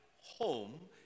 home